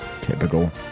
typical